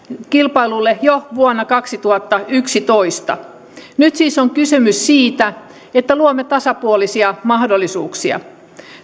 kilpailulle jo vuonna kaksituhattayksitoista nyt siis on kysymys siitä että luomme tasapuolisia mahdollisuuksia